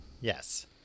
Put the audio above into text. Yes